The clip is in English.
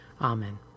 Amen